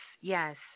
yes